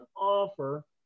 offer